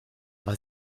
war